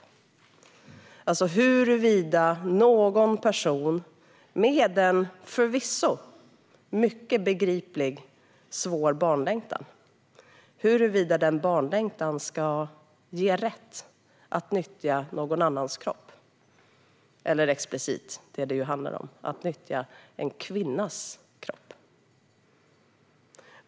Det gäller huruvida någon person med en förvisso mycket begriplig svår barnlängtan ska ges rätt att nyttja någon annans kropp. Explicit handlar det om att nyttja en kvinnas kropp.